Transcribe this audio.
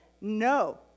no